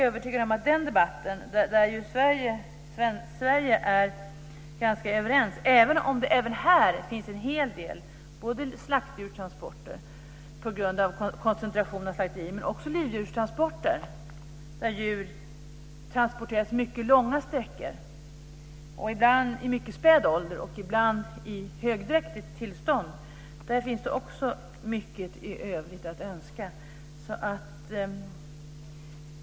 I den debatten är vi ju i Sverige ganska överens - även om det även här finns en hel del slaktdjurstransporter, på grund av koncentrationen av slakterier, men också livdjurstransporter där djur transporteras mycket långa sträckor, ibland i mycket späd ålder och ibland i högdräktigt tillstånd. Här finns det mycket övrigt att önska.